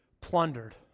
plundered